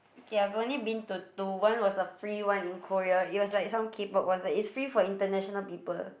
ya I've only been to to one it was a free one in Korea it was like some K-pop one it's free for international people